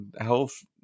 health